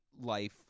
life